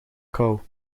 kou